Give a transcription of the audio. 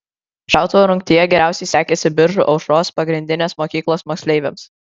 šautuvo rungtyje geriausiai sekėsi biržų aušros pagrindinės mokyklos moksleiviams